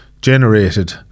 generated